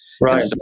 Right